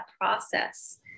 process